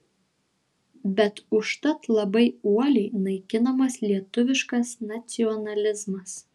bet užtat labai uoliai naikinamas lietuviškas nacionalizmas